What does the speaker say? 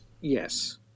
Yes